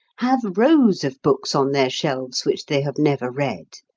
have rows of books on their shelves which they have never read,